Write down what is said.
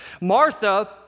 Martha